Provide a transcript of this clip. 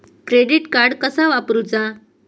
Credit card कसा वापरूचा?